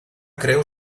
creu